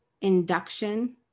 induction